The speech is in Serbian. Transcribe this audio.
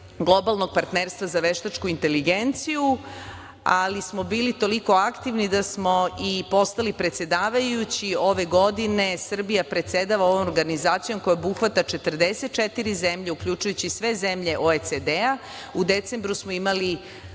Globalnog partnerstva za veštačku inteligenciju, ali smo bili toliko aktivni da smo i postali predsedavajući. Ove godine Srbija predsedava ovom organizacijom koja obuhvata 44 zemlje, uključujući sve zemlje OECD-a. U decembru smo imali